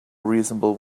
reasonable